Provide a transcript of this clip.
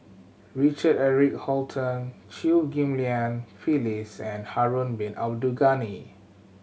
Richard Eric Holttum Chew Ghim Lian Phyllis and Harun Bin Abdul Ghani